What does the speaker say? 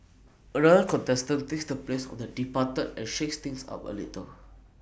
another contestant takes the place of the departed and shakes things up A little